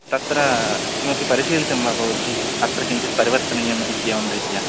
तत्र किमपि परिशीलितं वा भवद्भिः अत्र किञ्चित् परिवर्तनीयम् इत्येवं रीत्या